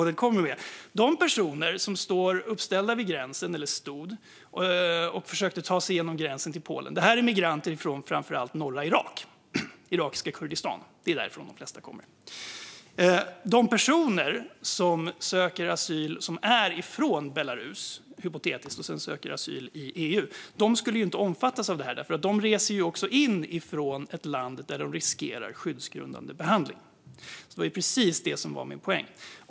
De personer som stod uppställda vid gränsen och försökte ta sig över gränsen till Polen var migranter från framför allt norra Irak. De flesta kommer från irakiska Kurdistan. De personer från Belarus - hypotetiskt - som söker asyl i EU skulle inte omfattas av förslaget därför att de reser in från ett land där de riskerar skyddsgrundande behandling. Det var precis min poäng.